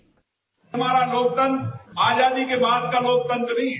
bite हमारा लोकतंत्र आजादी के बाद का लोकतंत्र नहीं है